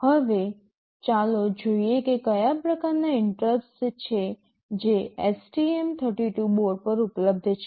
હવે ચાલો જોઈએ કે કયા પ્રકારનાં ઇન્ટરપ્ટસ છે જે STM32 બોર્ડ પર ઉપલબ્ધ છે